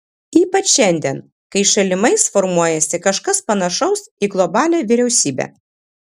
ypač šiandien kai šalimais formuojasi kažkas panašaus į globalią vyriausybę